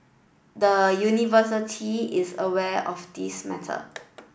the University is aware of this matter